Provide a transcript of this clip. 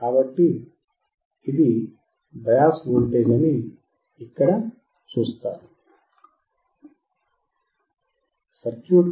కాబట్టి ఇది bias voltage అని మీరు ఇక్కడ చూస్తారు సర్క్యూట్ గెయిన్ 1 R2 R3